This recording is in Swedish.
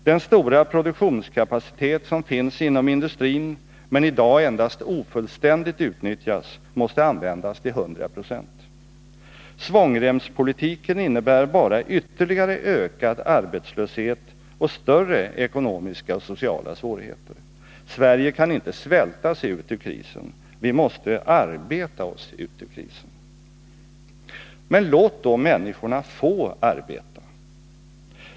Den stora produktionskapacitet som finns inom industrin, men i dag endast ofullständigt utnyttjas, måste användas till hundra procent. Svångremspolitiken innebär bara ytterligare ökad arbetslöshet och större ekonomiska och sociala svårigheter. Sverige kan inte svälta sig ut ur krisen. Vi måste arbeta oss ut ur krisen. Men låt då människorna få arbeta!